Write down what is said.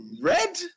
Red